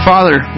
Father